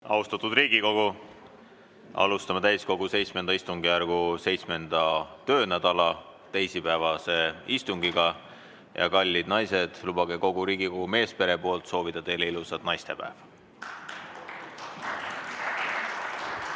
Austatud Riigikogu! Alustame täiskogu VII istungjärgu 7. töönädala teisipäevast istungit. Kallid naised, lubage kogu Riigikogu meespere poolt soovida teile ilusat naistepäeva. (Aplaus.)